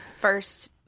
first